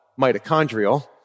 mitochondrial